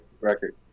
record